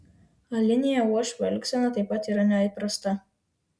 alinėje uošvio elgsena taip pat yra neįprasta